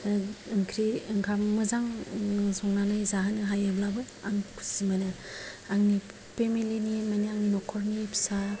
ओंख्रि ओंखाम मोजां संनानै जाहोनो हायोब्लाबो आं खुसि मोनो आंनि फेमिलि माने आंनि न'खरनि फिसा